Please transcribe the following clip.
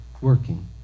working